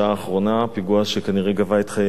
פיגוע שכנראה גבה את חייהם של ישראלים.